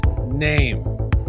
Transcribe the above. name